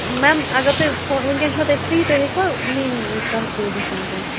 میم اگر تۄہہِ فو وٕنکٮ۪ن چھُنہ تۄہہِ فِرٛی تُہۍ ہیٚکہِ وا میٛٲنۍ کَتھ بوٗزِتھ وٕنکٮ۪ن